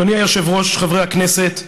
אדוני היושב-ראש, חברי הכנסת,